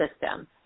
system